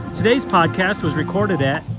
today's podcast was recorded at.